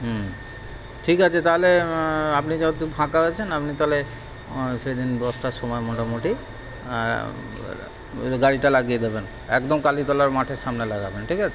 হুম ঠিক আছে তাহলে আপনি যেহেতু ফাঁকা আছেন আপনি তাহলে সেদিন দশটার সময় মোটামুটি গাড়িটা লাগিয়ে দেবেন একদম কালীতলার মাঠের সামনে লাগাবেন ঠিক আছে